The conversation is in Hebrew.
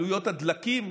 עלויות הדלקים.